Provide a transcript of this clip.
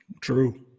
True